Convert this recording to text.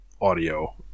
audio